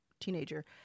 teenager